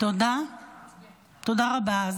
תודה רבה.